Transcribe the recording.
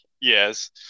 Yes